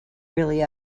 really